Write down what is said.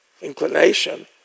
inclination